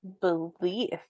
belief